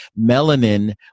melanin